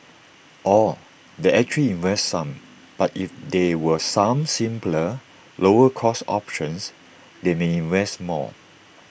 or they actually invest some but if there were some simpler lower cost options they may invest more